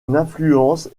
influence